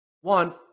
one